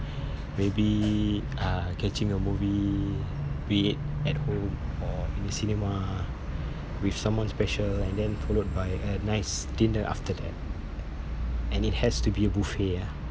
maybe uh catching a movie be it at home or in the cinema with someone special and then followed by a nice dinner after that and it has to be a buffet ah